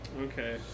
Okay